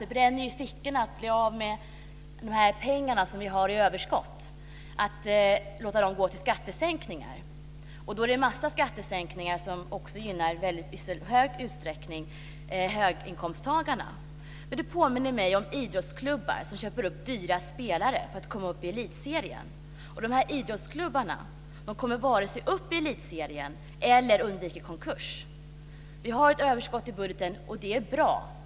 Det bränner i fickorna att bli av med överskottspengarna, att låta dem gå till skattesänkningar, och då gäller det en massa skattesänkningar som i stor utsträckning gynnar höginkomsttagarna. Det påminner mig om idrottsklubbar som köper dyra spelare för att komma upp i elitserien, men dessa idrottsklubbar varken kommer upp i elitserien eller undviker konkurs. Det finns ett överskott i budgeten, och det är bra.